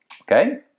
okay